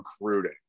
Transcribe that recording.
recruiting